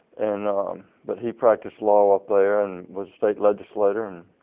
and but he practiced law up there and was state legislator and